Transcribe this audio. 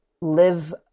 live